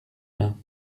mains